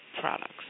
products